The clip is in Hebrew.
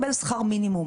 רפואיים.